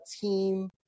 team